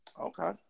Okay